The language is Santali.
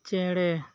ᱪᱮᱸᱬᱮ